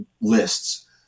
lists